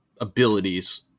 abilities